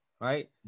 right